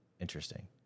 interesting